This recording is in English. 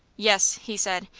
yes, he said,